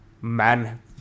man